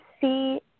see